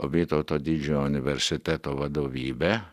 vytauto didžiojo universiteto vadovybė